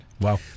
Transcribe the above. Wow